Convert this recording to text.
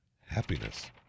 Happiness